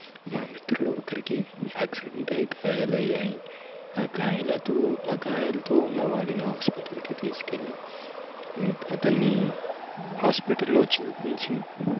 మా మిత్రుల్లో ఒకరికి యాక్సిడెంట్ అయ్యి గాయాలయ్యాయి ఆ గాయాలతో ఆ గాయాలతో ఉన్న వాడిని హాస్పిటల్కి తీసుకెళ్లి అతన్ని హాస్పిటల్లో చూపించి